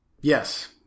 Yes